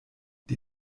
die